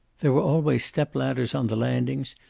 there were always stepladders on the landings,